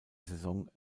saison